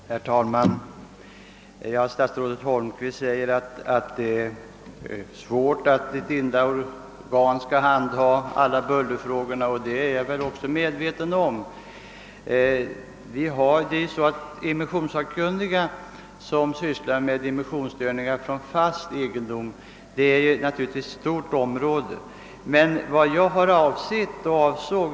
Herr talman! Statsrådet Holmqvist säger att det ställer sig svårt att låta ett enda organ handha alla bullerfrågor. Detta är jag medveten om. Immissionssakkunniga sysslar ju med immissionsstörningar från fast egendom och detta är ett stort område.